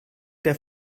der